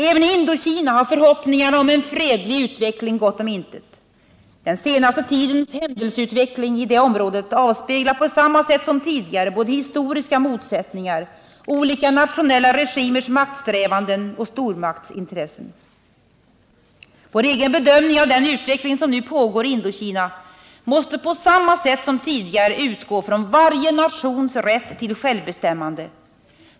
Även i Indokina har förhoppningarna om en fredlig utveckling gått om intet. Den senaste tidens händelseutveckling i det området avspeglar på samma sätt som tidigare historiska motsättningar, olika nationella regimers maktsträvanden och stormaktsintressen. Vår egen bedömning av den utveckling som nu pågår i Indokina måste på samma sätt som tidigare utgå från varje nations rätt till självbestämmande.